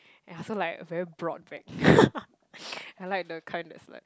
ya so like very broad back I like the kind that's like